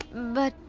but,